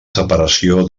separació